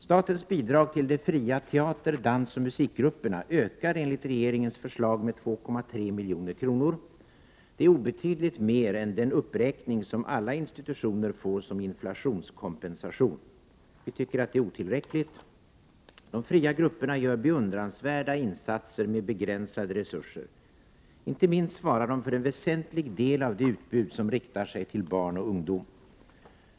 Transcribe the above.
Statens bidrag till de fria teater-, dansoch musikgrupperna ökar enligt regeringens förslag med 2,3 milj.kr. Det är obetydligt mer än den uppräkning som alla institutioner får som inflationskompensation. Vi tycker att det är otillräckligt. De fria grupperna gör beundransvärda insatser med begränsade resurser. Inte minst svarar de för en väsentlig del av det utbud som riktar sig till barn och ungdom.